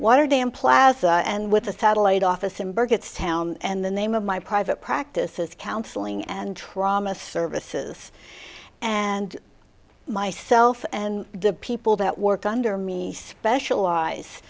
water dam plaza and with the satellite office in burkett's town and the name of my private practice is counseling and trauma services and myself and the people that work under me specialize